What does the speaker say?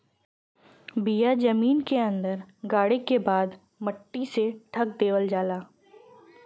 बिया जमीन के अंदर गाड़े के बाद मट्टी से ढक देवल जाला